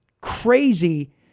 crazy